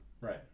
Right